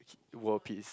world peace